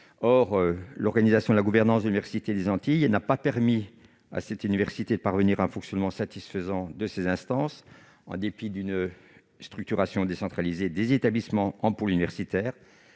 Or l'organisation et la gouvernance de l'université des Antilles ne lui ont pas permis de parvenir à un fonctionnement satisfaisant de ses instances, en dépit d'une structuration décentralisée des établissements en pôles universitaires,